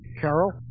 Carol